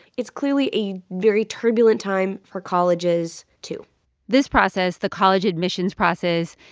it's clearly a very turbulent time for colleges, too this process, the college admissions process,